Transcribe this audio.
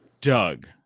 Doug